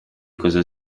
cosa